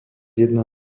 jedna